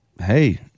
hey